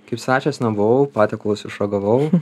kaip svečias nebuvau patiekalus išragavau